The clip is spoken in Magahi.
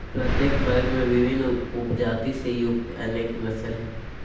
प्रत्येक वर्ग में विभिन्न उपजाति से युक्त अनेक नस्ल हइ